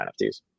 NFTs